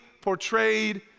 portrayed